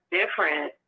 different